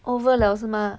over liao 是吗